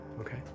Okay